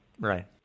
Right